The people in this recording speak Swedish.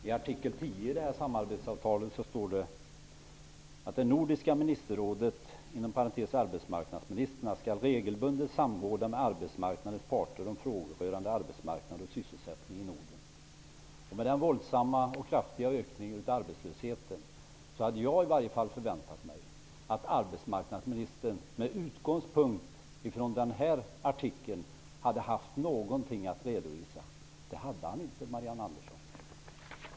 Herr talman! I artikel 10 i samarbetsavtalet står det att Nordiska ministerrådet regelbundet skall samråda med arbetsmarknadens parter om frågor rörande arbetsmarknad och sysselsättning i Med tanke på den våldsamma ökningen av arbetslösheten hade jag i varje fall förväntat mig att arbetsmarknadsministern, med utgångspunkt i artikel 10, hade haft någonting att redovisa. Det hade han inte, Marianne Andersson.